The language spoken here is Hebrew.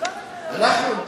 אולי,